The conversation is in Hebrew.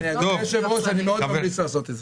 אדוני היושב-ראש, אני מאוד ממליץ לעשות את זה.